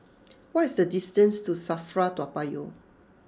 what is the distance to Safra Toa Payoh